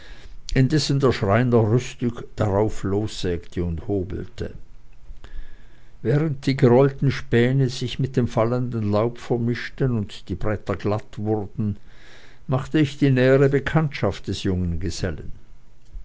indessen der schreiner rüstig darauf lossägte und hobelte während die gerollten späne sich mit dem fallenden laube vermischten und die bretter glatt wurden machte ich die nähere bekanntschaft des jungen gesellen